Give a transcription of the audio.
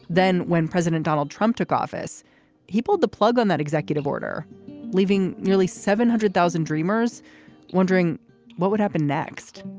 then when president donald trump took office he pulled the plug on that executive order leaving nearly seven hundred thousand dreamers wondering what would happen next.